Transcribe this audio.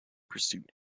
pursuit